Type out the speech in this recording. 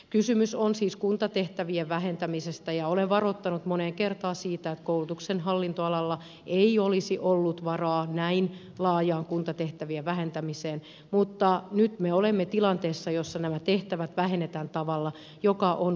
kysymys on siis kuntatehtävien vähentämisestä ja olen varoittanut moneen kertaan siitä että koulutuksen hallintoalalla ei olisi ollut varaa näin laajaan kuntatehtävien vähentämiseen mutta nyt me olemme tilanteessa jossa nämä tehtävät vähennetään tavalla joka on koulutuspoliittisesti kestävä